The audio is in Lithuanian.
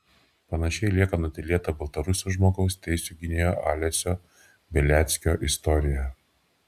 panašiai lieka nutylėta baltarusių žmogaus teisių gynėjo alesio beliackio istorija